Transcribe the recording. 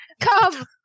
Come